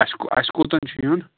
اَسہِ اَسہِ کوٚتَن چھُ یُن